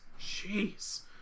Jeez